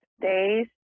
days